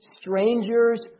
strangers